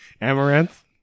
Amaranth